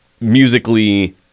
musically